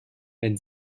wenn